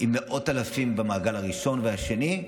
מאות אלפים במעגל הראשון והשני,